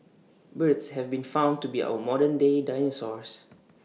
birds have been found to be our modern day dinosaurs